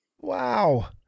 Wow